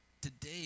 today